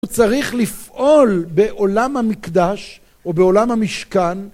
צריך לפעול בעולם המקדש או בעולם המשכן